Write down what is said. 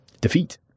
defeat